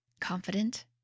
confident